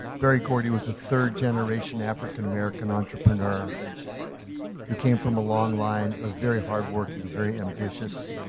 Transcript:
berry gordy was a third-generation african-american entrepreneur who came from a long line of very hardworking, very ambitious,